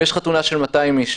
אם יש חתונה של 200 אנשים